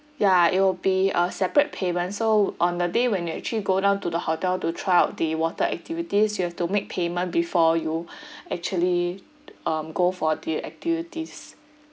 ya it will be uh separate payment so on the day when you actually go down to the hotel to try out the water activities you have to make payment before you actually um go for the activities